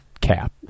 Cap